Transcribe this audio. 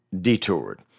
detoured